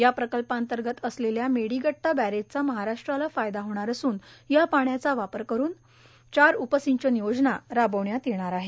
या प्रकल्पांतर्गत असलेल्या मेडीगट्टा बॅरेजचा महाराष्ट्राला फायदा होणार असून या पाण्याचा वापर करून चार उपसासिंचन योजना राबविण्यात येणार आहेत